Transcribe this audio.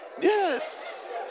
Yes